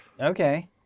Okay